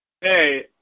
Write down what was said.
hey